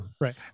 Right